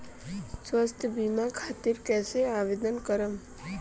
स्वास्थ्य बीमा खातिर कईसे आवेदन करम?